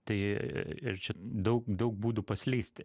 tai ir čia daug daug būdų paslysti